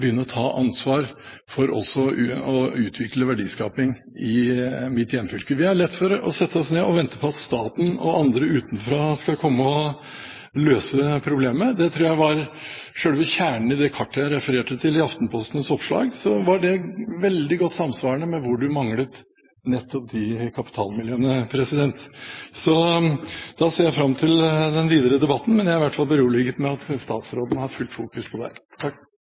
ta ansvar for også å utvikle verdiskaping i mitt hjemfylke. Vi har lett for å sette oss ned og vente på at staten og andre utenfra skal komme og løse problemet. Det tror jeg var selve kjernen i det kartet jeg refererte til i Aftenpostens oppslag, og det var veldig godt samsvarende med hvor en manglet nettopp de kapitalmiljøene. Jeg ser fram til den videre debatten, men jeg er iallfall beroliget med at statsråden har fullt fokus på dette. Takk